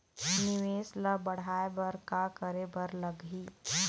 निवेश ला बढ़ाय बर का करे बर लगही?